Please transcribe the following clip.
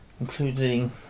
including